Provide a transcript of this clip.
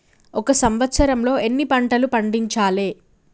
ఒక సంవత్సరంలో ఎన్ని పంటలు పండించాలే?